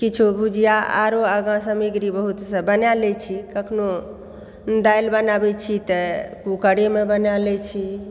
किछो भुजिआ आओरो आगाँ सामग्री बहुत ईसभ बना लय छी कखनो दालि बनाबैत छी तऽ कूकरेमऽ बना लैत छी